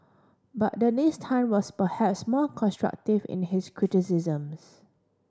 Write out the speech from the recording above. but Dennis Tan was perhaps more constructive in his criticisms